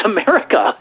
America